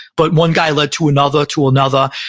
but one guy led to another, to another,